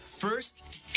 First